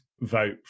vote